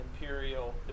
imperial